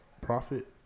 profit